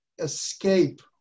escape